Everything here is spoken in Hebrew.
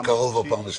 בקרוב הפעם השלישית.